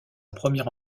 première